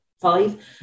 five